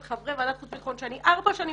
חברי ועדת חוץ וביטחון שאני ארבע שנים